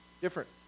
Different